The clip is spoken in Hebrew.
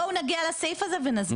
בסדר